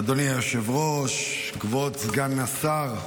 אדוני היושב-ראש, כבוד סגן השר,